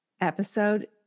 Episode